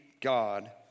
God